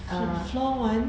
uh